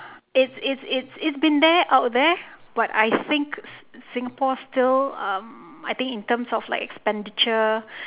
it's it's it's it's been there out there but I think s~ singapore's still um I think in terms of like expenditure